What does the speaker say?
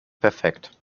perfekt